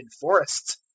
forests